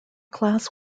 class